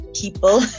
people